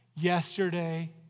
yesterday